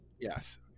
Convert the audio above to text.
Yes